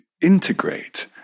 integrate